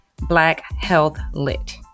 BlackHealthLit